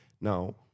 now